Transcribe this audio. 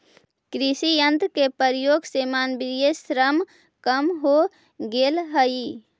कृषि यन्त्र के प्रयोग से मानवीय श्रम कम हो गेल हई